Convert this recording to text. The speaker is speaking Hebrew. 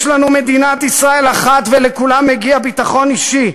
יש לנו מדינת ישראל אחת ולכולם מגיע ביטחון אישי,